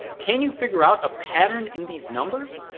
can you figure out a pattern in these numbers?